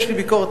ואתה זוכר את